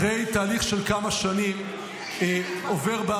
אחרי תהליך של כמה שנים הוא עובר,